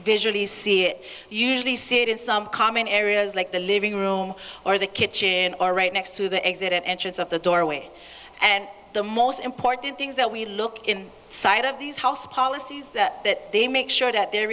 visually see it usually see it in some common areas like the living room or the kitchin are right next to the exit entrance of the doorway and the most important things that we look in side of these house policies that that they make sure that they're